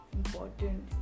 important